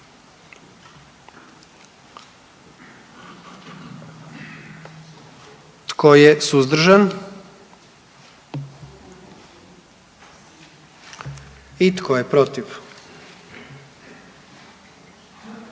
Tko je suzdržan? I tko je protiv?